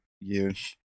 years